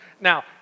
Now